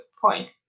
point